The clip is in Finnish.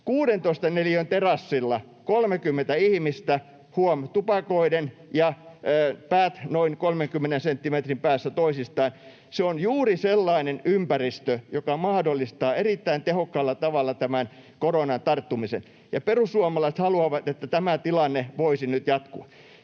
16 neliön terassilla 30 ihmistä — huom., tupakoiden ja päät noin 30 senttimetrin päässä toisistaan — se on juuri sellainen ympäristö, joka mahdollistaa erittäin tehokkaalla tavalla tämän koronan tarttumisen. Ja perussuomalaiset haluavat, että tämä tilanne voisi nyt jatkua.